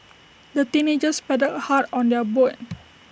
the teenagers paddled hard on their boat